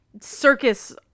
circus